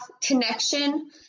connection